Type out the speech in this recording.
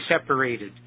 separated